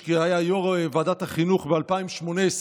שהיה יו"ר ועדת החינוך ב-2018,